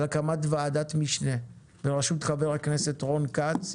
הקמת ועדת משנה ברשות חבר הכנסת רון כץ,